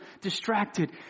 distracted